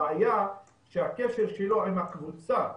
הבעיה שהקשר שלו עם הקבוצה,